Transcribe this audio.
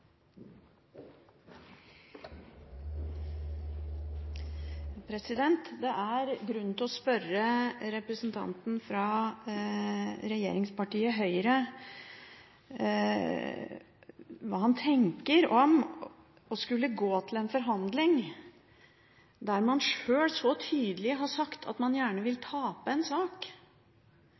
det. Det er grunn til å spørre representanten fra regjeringspartiet Høyre hva han tenker om å skulle gå til en forhandling der man sjøl så tydelig har sagt at man gjerne vil tape en sak